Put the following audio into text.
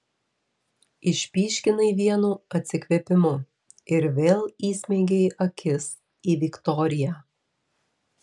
išpyškinai vienu atsikvėpimu ir vėl įsmeigei akis į viktoriją